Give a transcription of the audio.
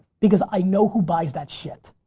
because i know who buys that shit.